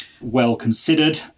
well-considered